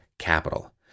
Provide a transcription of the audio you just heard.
capital